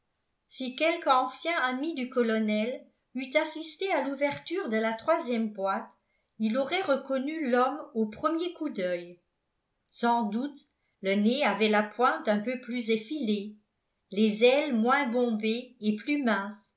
si quelque ancien ami du colonel eût assisté à l'ouverture de la troisième boîte il aurait reconnu l'homme au premier coup d'oeil sans doute le nez avait la pointe un peu plus effilée les ailes moins bombées et plus